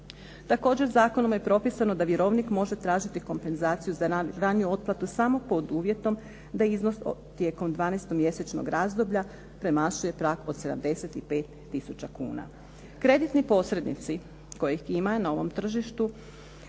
Također, zakonom je propisano da vjerovnik može tražiti kompenzaciju za raniju otplatu samo pod uvjetom da iznos tijekom 12 mjesečnog razdoblja premašuje prag od 75000 kuna. Kreditni posrednici kojih ima na ovom tržištu